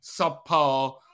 subpar